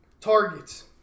targets